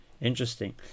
interesting